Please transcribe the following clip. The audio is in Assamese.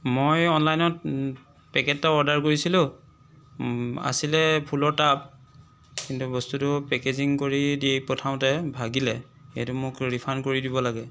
মই অনলাইনত পেকেট এটা অৰ্ডাৰ কৰিছিলোঁ আছিলে ফুলৰ টাব কিন্তু বস্তুটো পেকেজিং কৰি দি পঠাওঁতে ভাগিলে এইটো মোক ৰিফাণ্ড কৰি দিব লাগে